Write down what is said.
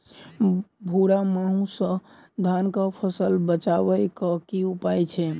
भूरा माहू सँ धान कऽ फसल बचाबै कऽ की उपाय छै?